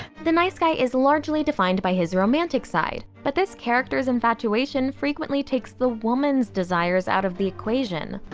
the nice guy is largely defined by his romantic side. but this character's infatuation frequently takes the woman's desires out of the equation.